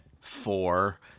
four